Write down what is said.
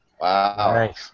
Wow